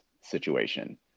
situation